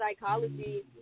psychology